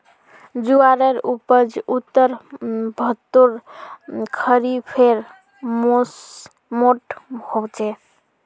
ज्वारेर उपज उत्तर भर्तोत खरिफेर मौसमोट होचे